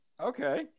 Okay